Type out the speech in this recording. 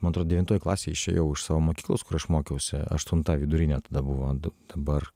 man atrodo devintoj klasėj išėjau iš savo mokyklos kur aš mokiausi aštunta vidurinė tada buvo dabar